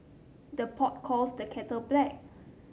the pot calls the kettle black